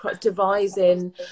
devising